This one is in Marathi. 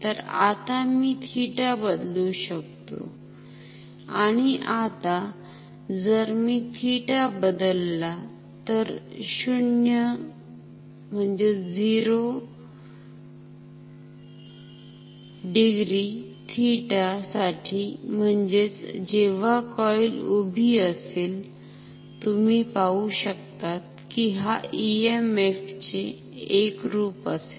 तर आता मी थिटा बदलू शकतो आणि आता जर मी थिटा बदलला तर 0 डिग्री थिटा साठी म्हणजेच जेव्हा कॉईल उभी असेल तुम्ही पाहू शकतात कि हा EMF चे एक रूप असेल